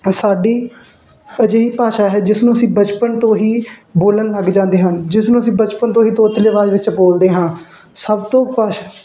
ਅ ਸਾਡੀ ਅਜਿਹੀ ਭਾਸ਼ਾ ਹੈ ਜਿਸ ਨੂੰ ਅਸੀਂ ਬਚਪਨ ਤੋਂ ਹੀ ਬੋਲਣ ਲੱਗ ਜਾਂਦੇ ਹਨ ਜਿਸ ਨੂੰ ਅਸੀਂ ਬਚਪਨ ਤੋਂ ਹੀ ਤੋਤਲੇ ਆਵਾਜ਼ ਵਿੱਚ ਬੋਲਦੇ ਹਾਂ ਸਭ ਤੋਂ ਭਾਸ਼ਾ